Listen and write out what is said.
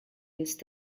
used